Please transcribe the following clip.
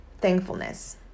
thankfulness